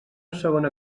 segona